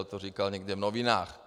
To říkal někde v novinách.